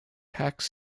tax